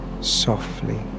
softly